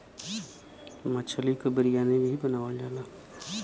मछली क बिरयानी भी बनावल जाला